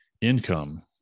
income